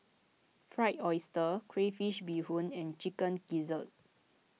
Fried Oyster Crayfish BeeHoon and Chicken Gizzard